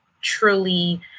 truly